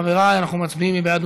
חברי, אנחנו מצביעים, מי בעד?